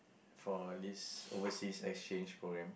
for this overseas exchange programme